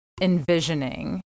envisioning